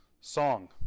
song